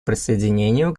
присоединению